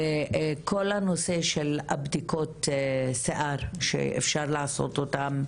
כל הנושא של בדיקות שיער, שאפשר לעשות אותן